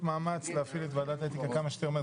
מאמץ להפעיל את ועדת האתיקה כמה שיותר מהר.